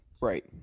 Right